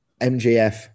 MJF